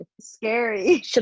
scary